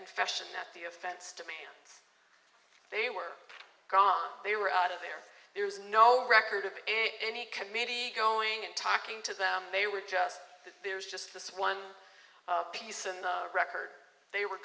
confession that the offense to me they were gone they were out of there there's no record of a any committee going and talking to them they were just there's just this one piece in the record they were